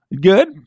Good